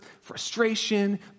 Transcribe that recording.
frustration